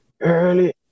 early